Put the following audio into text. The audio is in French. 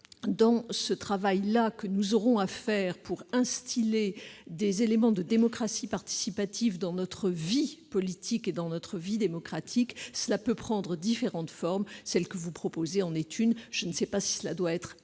faut engager un travail pour instiller des éléments de démocratie participative dans notre vie politique et dans notre vie démocratique. Cela peut prendre différentes formes. Celle que vous proposez en est une, même si je ne sais pas si cela doit être imposé